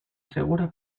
segura